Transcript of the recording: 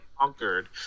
conquered